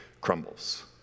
crumbles